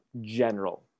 general